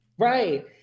Right